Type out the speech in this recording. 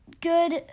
good